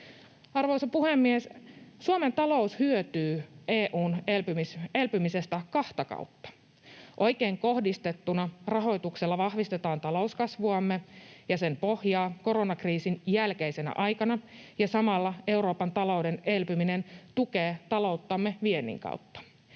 Arvoisa puhemies! Suomen talous hyötyy EU:n elpymisestä kahta kautta: oikein kohdistettuna rahoituksella vahvistetaan talouskasvuamme ja sen pohjaa koronakriisin jälkeisenä aikana, ja samalla Euroopan talouden elpyminen tukee talouttamme viennin kautta.